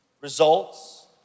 results